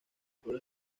pueblo